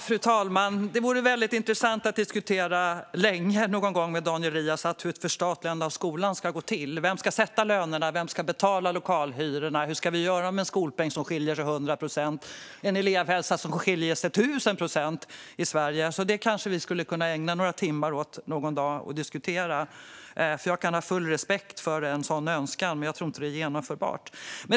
Fru talman! Det vore väldigt intressant att någon gång diskutera länge med Daniel Riazat hur ett förstatligande av skolan ska gå till. Vem ska sätta lönerna? Vem ska betala lokalhyrorna? Hur ska vi göra med en skolpeng som skiljer sig hundra procent och en elevhälsa som skiljer sig tusen procent åt i Sverige? Det kanske vi skulle kunna ägna några timmar åt att diskutera någon dag, för jag kan ha full respekt för en sådan önskan. Men jag tror inte att den är genomförbar.